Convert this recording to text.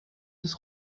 des